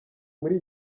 muri